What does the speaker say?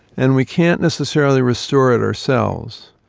and we can't necessarily restore it ourselves.